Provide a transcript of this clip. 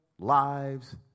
Lives